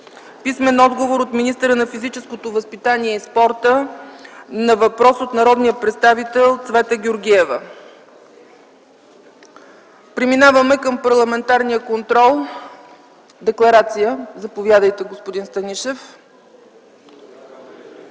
Георгиева; - министъра на физическото възпитание и спорта на въпрос от народния представител Цвета Георгиева. Преминаваме към парламентарния контрол. Декларация – заповядайте, господин Станишев.